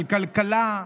של כלכלה,